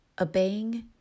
obeying